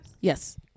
Yes